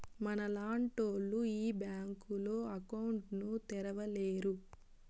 మనలాంటోళ్లు ఈ బ్యాంకులో అకౌంట్ ను తెరవలేరు